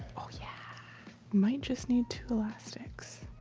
yeah might just need two elastics.